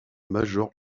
major